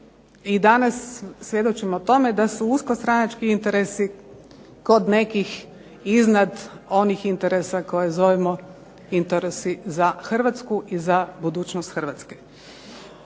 danas svjedočimo tome da su usko stranački interesi kod nekih iznad onih interesa koje zovemo interesi za Hrvatsku i za budućnost Hrvatske.